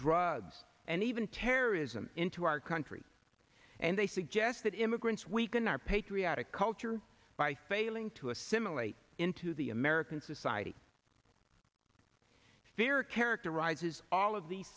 drugs and even terrorism into our country and they suggest that immigrants weaken our patriotic culture by failing to assimilate into the american society fear characterizes all of the